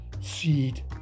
Seed